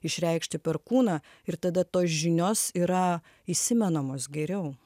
išreikšti per kūną ir tada tos žinios yra įsimenamos geriau